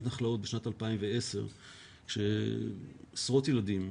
נחלאות בשנת 2010 כאשר עשרות ילדים,